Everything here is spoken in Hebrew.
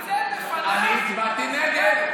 אתה מתנצל בפניו, אני הצבעתי נגד.